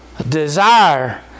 Desire